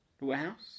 warehouse